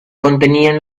contenían